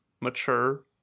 mature